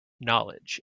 knowledge